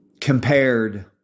compared